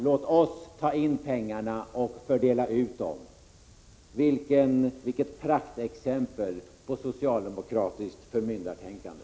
Låt oss ta in pengarna och fördela ut dem är Stig Alemyrs linje. Vilket praktexempel på socialdemokratiskt förmyndartänkande!